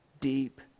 deep